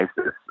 ISIS